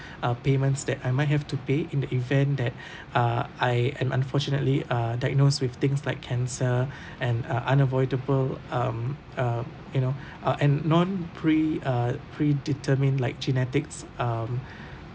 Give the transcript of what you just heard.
uh payments that I might have to pay in the event that uh I am unfortunately uh diagnosed with things like cancer and uh unavoidable um uh you know uh and non-pre uh pre-determined like genetics um